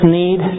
need